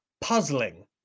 puzzling